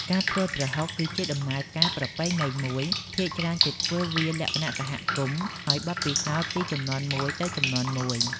ការធ្វើប្រហុកគឺជាដំណើរការប្រពៃណីមួយ ភាគច្រើនគេធ្វើវាលក្ខណៈសហគមន៍ ហើយបទពិសោធន៍ពីជំនាន់មួយទៅជំនាន់មួយ។